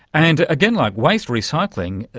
and again, like waste recycling,